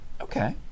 Okay